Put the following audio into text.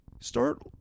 Start